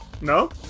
No